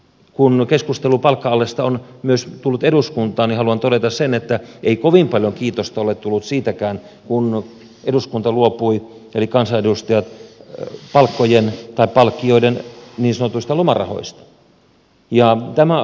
kun keskustelu palkka alesta on tullut myös eduskuntaan niin haluan todeta sen että ei kovin paljon kiitosta ole tullut siitäkään kun eduskunta luopui eli kansanedustajat luopuivat palkkioiden niin sanotuista lomarahoista